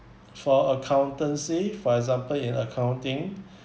for accountancy for example in accounting